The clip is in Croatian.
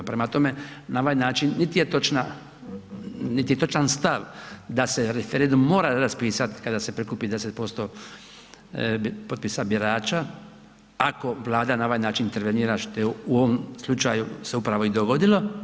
Prema tome, na ovaj način niti je točna, niti je točan stav da se referendum mora raspisati kada se prikupi 10% potpisa birača, ako Vlada na ovaj način intervenira što je u ovom slučaju se upravo i dogodilo.